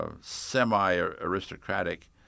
semi-aristocratic